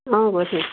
অঁ গৈছোঁ